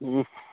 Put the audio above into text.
ও